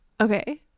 Okay